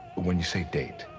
when you say date,